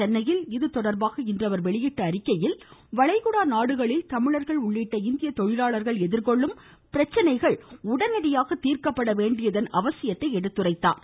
சென்னையில் இன்று அவர் வெளியிட்டுள்ள அறிக்கையில் வளைகுடா நாடுகளில் தமிழர்கள் உள்ளிட்ட இந்திய தொழிலாளர்கள் எதிர்கொள்ளும் பிரச்சனைகள் உடனடியாக தீர்க்கப்பட வேண்டியதன் அவசியத்தையும் எடுத்துரைத்தார்